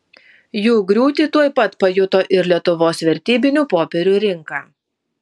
jų griūtį tuoj pat pajuto ir lietuvos vertybinių popierių rinka